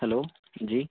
hello جی